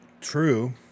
True